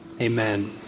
Amen